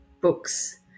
books